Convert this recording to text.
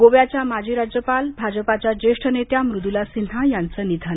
गोव्याच्या माजी राज्यपाल भाजपाच्या ज्येष्ठ नेत्या मृद्ला सिन्हा यांचं निधन